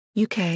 UK